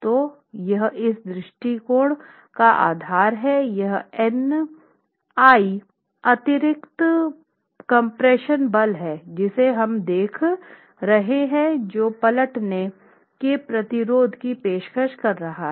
तो यह इस दृष्टिकोण का आधार है यहाँ N i अतिरिक्त कम्प्रेशन बल है जिसे हम देख रहे हैं जो पलटने के प्रतिरोध की पेशकश कर रहा है